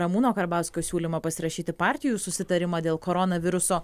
ramūno karbauskio siūlymą pasirašyti partijų susitarimą dėl koronaviruso